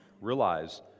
realize